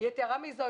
יתרה מזה,